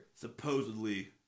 supposedly